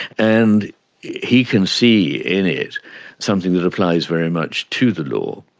and he can see in it something that applies very much to the law.